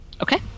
Okay